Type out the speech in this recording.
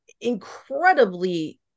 incredibly